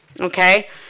Okay